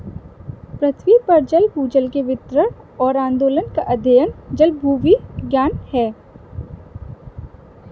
पृथ्वी पर जल भूजल के वितरण और आंदोलन का अध्ययन जलभूविज्ञान है